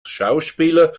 schauspieler